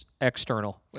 external